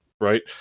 right